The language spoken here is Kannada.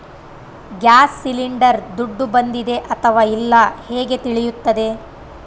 ಗ್ಯಾಸ್ ಸಿಲಿಂಡರ್ ದುಡ್ಡು ಬಂದಿದೆ ಅಥವಾ ಇಲ್ಲ ಹೇಗೆ ತಿಳಿಯುತ್ತದೆ?